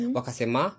Wakasema